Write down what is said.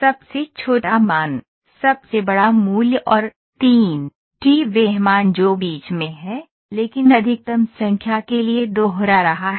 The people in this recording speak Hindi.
सबसे छोटा मूल्य सबसे बड़ा और 3 वह मान जो बीच में है लेकिन अधिकतम संख्या के लिए दोहरा रहा है